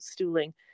stooling